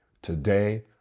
Today